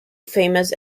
famous